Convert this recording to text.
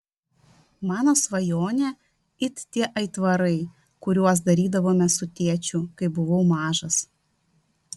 mano svajonė it tie aitvarai kuriuos darydavome su tėčiu kai buvau mažas